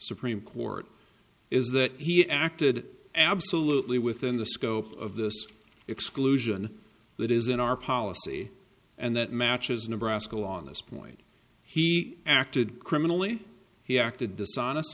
supreme court is that he acted absolutely within the scope of this exclusion that is in our policy and that matches nebraska on this point he acted criminally he acted dishonest